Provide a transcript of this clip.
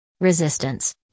Resistance